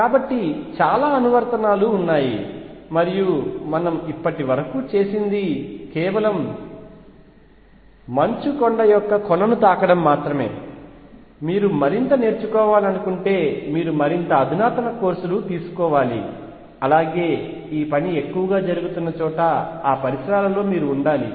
కాబట్టి చాలా అనువర్తనాలు ఉన్నాయి మరియు మనము ఇప్పటి వరకూ చేసినది కేవలం మంచుకొండ యొక్క కొనను తాకడం మాత్రమే మీరు మరింత నేర్చుకోవాలనుకుంటే మీరు మరింత అధునాతన కోర్సులు తీసుకోవాలి అలాగే ఈ పని ఎక్కువగా జరుగుతున్న చోట ఆ పరిసరాలలో ఉండాలి